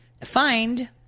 find